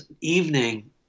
evening